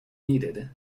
needed